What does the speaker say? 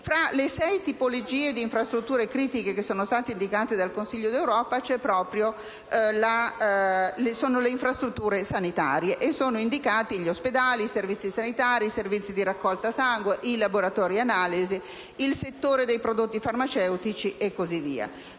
Fra le sei tipologie di infrastrutture critiche indicate dal Consiglio europeo ci sono proprio le infrastrutture sanitarie, e sono indicati gli ospedali, i servizi sanitari, i servizi di raccolta sangue, i laboratori analisi, il settore dei prodotti farmaceutici. Fra